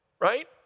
right